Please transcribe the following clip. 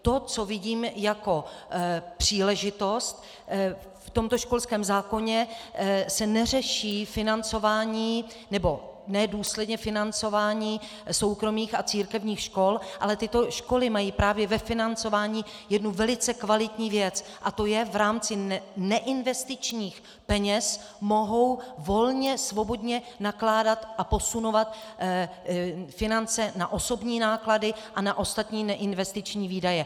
To, co vidím jako příležitost, v tomto školském zákoně se neřeší financování, nebo ne důsledně financování soukromých a církevních škol, ale tyto školy mají právě ve financování jednu velice kvalitní věc, a to je, že v rámci neinvestičních peněz mohou volně svobodně nakládat a posunovat finance na osobní náklady a na ostatní neinvestiční výdaje.